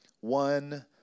one